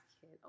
kid